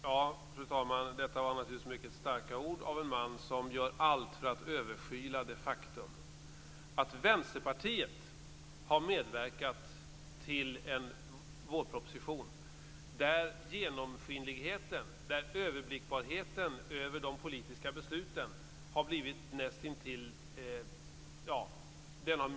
Fru talman! Detta var mycket starka ord av en man som gör allt för att överskyla det faktum att Vänsterpartiet har medverkat till en vårproposition där genomskinligheten och överblickbarheten över de politiska besluten har minimerats.